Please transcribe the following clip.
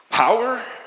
Power